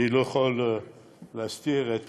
אני לא יכול להסתיר את